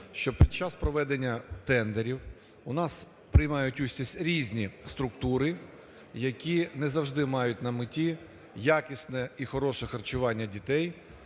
щоб під час проведення тендерів у нас приймають участь різні структури, які не завжди мають на меті якісне і хороше харчування дітей,